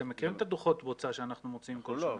אתם מכירים את דוחות הבוצה שאנחנו מוציאים כל שנה.